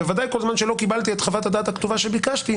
כל זמן שלא קיבלתי את חוות הדעת הכתובה שביקשתי,